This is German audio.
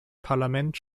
parlament